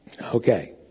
Okay